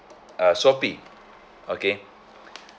uh shopee okay